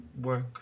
work